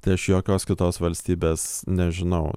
tai aš jokios kitos valstybės nežinau